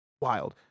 Wild